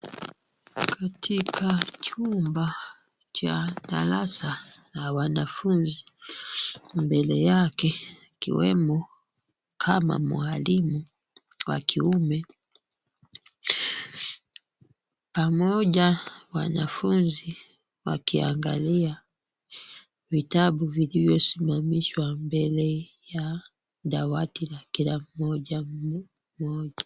Katika chumba cha darasa la wanafunzi, mbele yake ikiwemo kama mwalimu wa kiume pamoja wanafunzi wakiangalia vitabu vilivyo simamishwa mbele ya dawati ya kila mmoja moja.